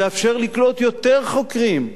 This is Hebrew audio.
תאפשר לקלוט יותר חוקרים,